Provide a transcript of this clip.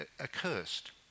accursed